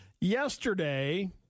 Yesterday